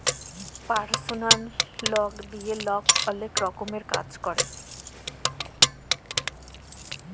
পারসলাল লল লিঁয়ে লক অলেক রকমের কাজ ক্যরে